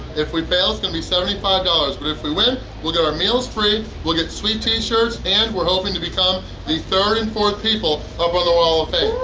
if we fail, it's gonna be seventy five dollars but if we win we'll get our meals free. we'll get sweet t-shirts, and we're hoping to become the third and fourth people up on their wall of fame.